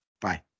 Bye